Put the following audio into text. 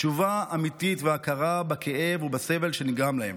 תשובה אמיתית והכרה בכאב ובסבל שנגרם להן.